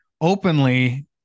openly